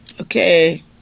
Okay